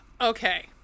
Okay